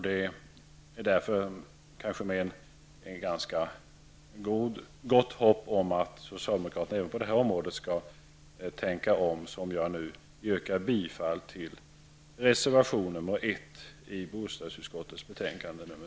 Det är därför med ett ganska gott hopp om att socialdemokraterna även på detta område skall tänka om som jag nu yrkar bifall till reservation nr